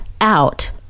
out